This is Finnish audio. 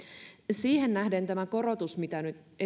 siihen nähden tämä korotus mitä nyt